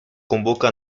convoca